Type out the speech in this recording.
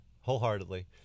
wholeheartedly